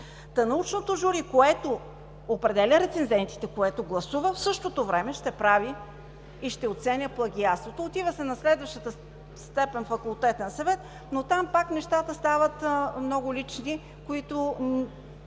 Та научното жури, което определя рецензентите, което гласува, в същото време ще оценява плагиатството. Отива се на следващата степен – Факултетен съвет, но там нещата пак стават много лични, което